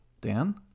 Dan